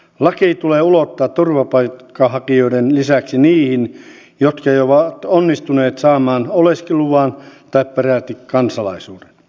laki tulee ulottaa turvapaikanhakijoiden lisäksi heihin jotka ovat jo onnistuneet saamaan oleskeluluvan tai peräti kansalaisuuden